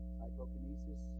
Psychokinesis